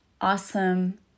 awesome